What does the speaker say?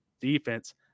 Defense